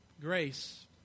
Grace